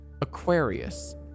Aquarius